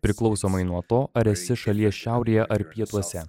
priklausomai nuo to ar esi šalies šiaurėje ar pietuose